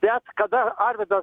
bet kada arvydas